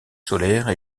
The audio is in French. solaire